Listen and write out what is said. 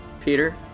Peter